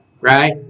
Right